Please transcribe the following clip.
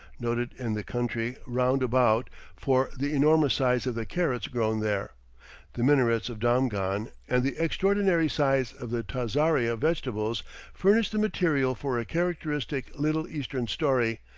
noted in the country round about for the enormous size of the carrots grown there the minarets of damghan and the extraordinary size of the tazaria vegetables furnish the material for a characteristic little eastern story,